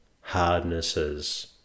hardnesses